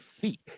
feet